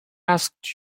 asked